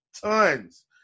Tons